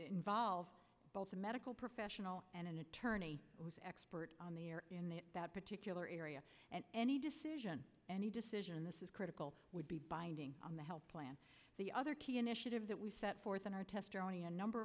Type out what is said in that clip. involve both a medical professional and an attorney expert on the air in the that particular area and any decision any decision this is critical would be binding on the health plan the other key initiatives that we set forth in our testimony a number